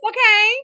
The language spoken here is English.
Okay